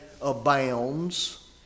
abounds